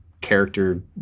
character